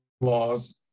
laws